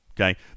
Okay